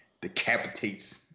decapitates